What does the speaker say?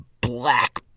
black